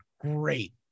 great